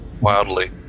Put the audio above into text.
wildly